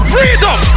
Freedom